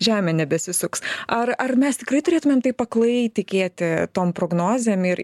žemė nebesisuks ar ar mes tikrai turėtumėm taip aklai tikėti tom prognozėm ir